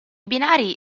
binari